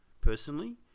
personally